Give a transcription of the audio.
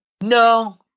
No